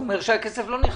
הוא אומר שהוא לא נכנס?